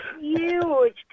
huge